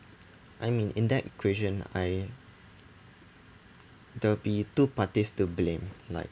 I mean in that equation I there'll be two parties to blame like